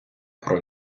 про